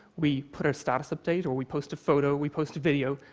we put our status update, or we post a photo, we post a video,